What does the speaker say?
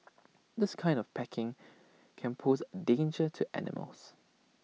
this kind of packaging can pose A danger to animals